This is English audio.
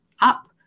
up